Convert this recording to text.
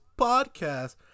Podcast